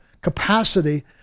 capacity